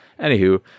Anywho